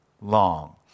long